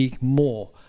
more